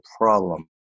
problem